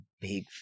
big